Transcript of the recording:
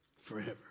forever